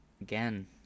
Again